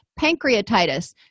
pancreatitis